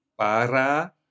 Para